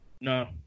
No